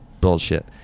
Bullshit